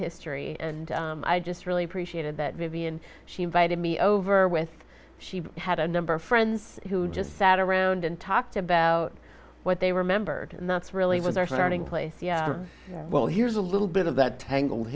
history and i just really appreciated that vivian she invited me over with she had a number of friends who just sat around and talked about what they remembered and that's really was our starting place well here's a little bit of that tangle